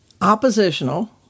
oppositional